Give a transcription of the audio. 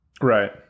Right